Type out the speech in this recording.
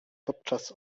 podczas